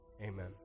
amen